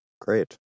Great